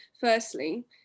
firstly